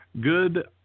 Good